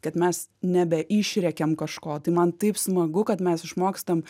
kad mes nebeišrėkiam kažko tai man taip smagu kad mes išmokstam